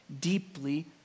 deeply